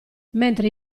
mentre